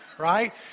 right